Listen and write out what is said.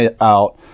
out